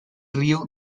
río